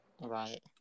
Right